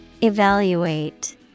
Evaluate